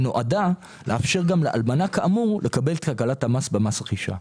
נועדה לאפשר גם לאלמנה כאמור לקבל את הקלת המס במס רכישה".